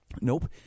Nope